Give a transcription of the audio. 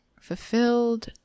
fulfilled